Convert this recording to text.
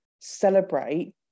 celebrate